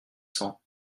cents